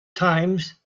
times